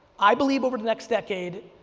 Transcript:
i believe over the next decade,